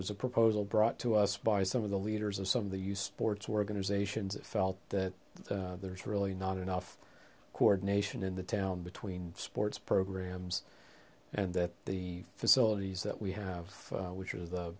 was a proposal brought to us by some of the leaders of some of the you sports organizations felt that there is really not enough coordination in the town between sports programs and that the facilities that we have which are the